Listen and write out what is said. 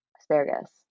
asparagus